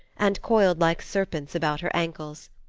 and coiled like serpents about her ankles.